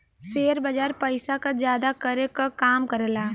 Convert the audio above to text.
share बाजार पइसा क जादा करे क काम करेला